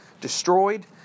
destroyed